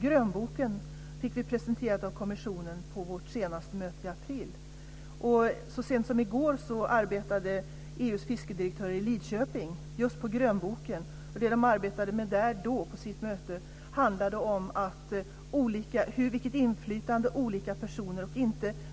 Grönboken fick vi presenterad av kommissionen på vårt senaste möte i april. Så sent som i går arbetade EU:s fiskedirektör i Lidköping just på grönboken. Vad man arbetade med på sitt möte handlade om vilket inflytande olika personer har.